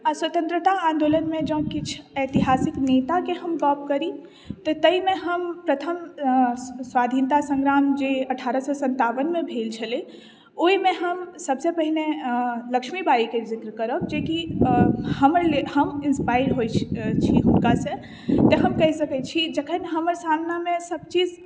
आ स्वतन्त्रता आन्दोलनमे जँ किछु ऐतिहासिक नेताके हम गप्प करी तऽ ताहिमे हम प्रथम स्वाधीनता सङ्ग्राम जे अठारह सए सन्तावनमे भेल छलै ओहिमे हम सभसँ पहिने लक्ष्मीबाईके जिक्र करब जेकि हमर हम इंस्पायर होइत छी हुनकासँ तऽ हम कहि सकैत छी जखन हमर सामनेमे सभचीज